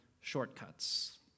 shortcuts